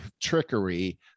trickery